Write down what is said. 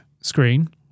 screen